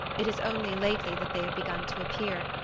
it is only lately that they have begun to appear,